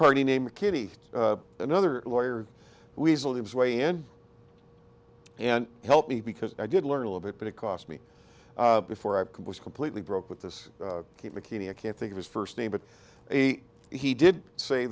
party named kitty another lawyer weasel his way in and help me because i did learn a little bit but it cost me before i was completely broke with this keep mckinney i can't think of his first name but he did say